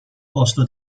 posto